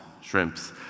shrimps